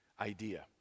idea